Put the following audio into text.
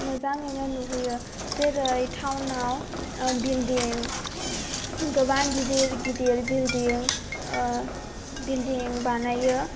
मोजाङैनो नुहोयो जोरै टाउनाव बिल्डिं गोबां गिदिर गिदिर बिलदिं बिल्डिं बानायो